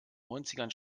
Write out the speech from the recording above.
neunzigern